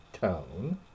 tone